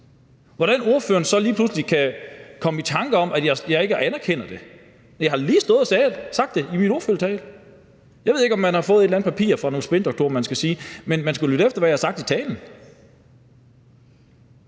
Hvordan ordføreren så lige pludselig kan komme i tanker om, at jeg ikke anerkender det, ved jeg ikke. Jeg har lige stået og sagt det i min ordførertale. Jeg ved ikke, om man har fået et eller andet papir fra nogle spindoktorer med, hvad man skal sige. Men man skulle have lyttet efter, hvad jeg har sagt i talen.